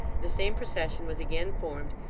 the same procession was again formed,